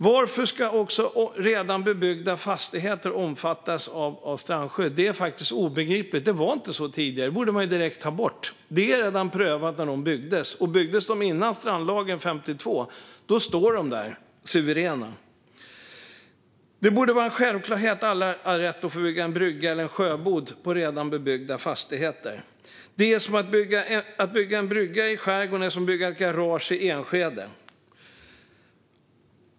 Varför ska redan bebyggda fastigheter omfattas av strandskydd? Det är faktiskt obegripligt. Det var inte så tidigare. Det borde man ta bort direkt. Det prövades redan när de byggdes. Och byggdes de före strandlagen 1952 står de där suveräna. Det borde vara en självklarhet att alla ska ha rätt att få bygga en brygga eller en sjöbod på redan bebyggda fastigheter. Att bygga en brygga i skärgården är som att bygga ett garage i Enskede.